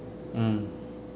mm